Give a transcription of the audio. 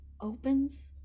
opens